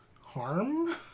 harm